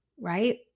right